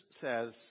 says